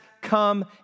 come